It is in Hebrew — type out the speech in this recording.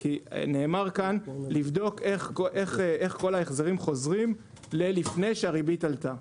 כי נאמר כאן לבדוק איך כל ההחזרים חוזרים ללפני שהריבית עלתה.